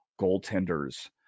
goaltenders